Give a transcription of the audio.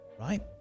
right